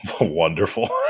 Wonderful